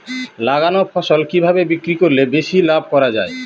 লাগানো ফসল কিভাবে বিক্রি করলে বেশি লাভ করা যায়?